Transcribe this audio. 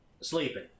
Sleeping